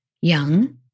young